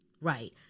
Right